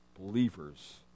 believers